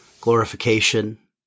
glorification